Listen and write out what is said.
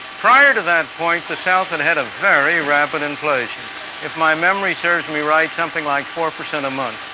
prior to that point, the south and had had a very rapid inflation if my memory serves me right, something like four percent a month.